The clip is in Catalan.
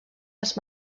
els